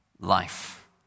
life